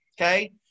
okay